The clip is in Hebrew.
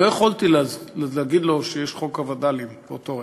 לא יכולתי להגיד לו שיש חוק הווד"לים באותו רגע.